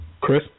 Chris